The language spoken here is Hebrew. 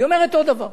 והיא אומרת עוד דבר.